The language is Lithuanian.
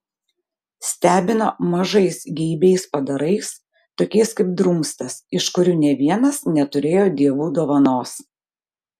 stebino mažais geibiais padarais tokiais kaip drumstas iš kurių nė vienas neturėjo dievų dovanos